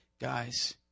guys